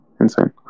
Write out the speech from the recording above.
insane